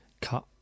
cut